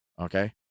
Okay